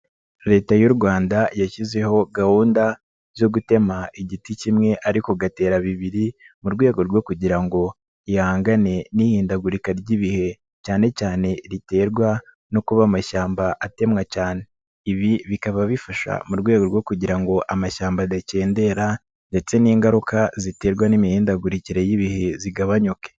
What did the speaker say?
Leta y'u Rwanda yashyizeho gahunda zo gutema igiti kimwe ariko igatera bibiri mu rwego rwo kugira ngo ihangane n'ihindagurika ry'ibihe cyane cyane riterwa no kuba amashyamba atemwa cyane. Ibi bikaba bifasha mu rwego rwo kugira ngo amashyamba adakendera ndetse n'ingaruka ziterwa n'imihindagurikire y'ibihe zigabanyuke.